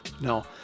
no